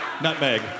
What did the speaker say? Nutmeg